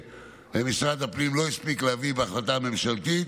שמשרד הפנים לא הספיק להביא בהחלטה הממשלתית.